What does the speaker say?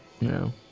No